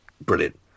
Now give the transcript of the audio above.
Brilliant